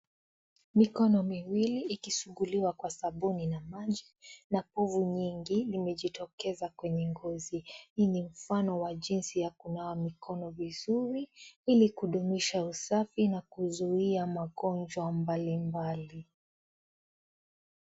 Mikono miwili ikisuguliwa kwa sabuni na maji na pofu nyingi imejitokeza kwenye ngozi. Hii ni mfano wa jinsi ya kunawa mikono vizuri hili kudumisha usafi na kuzuia magonjwa mbalimbali.